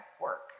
work